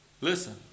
Listen